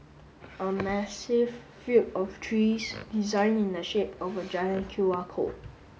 a massive field of trees designed in the shape of a giant Q R code